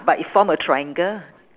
but it form a triangle